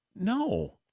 no